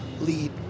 lead